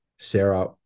Sarah